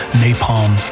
napalm